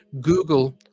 Google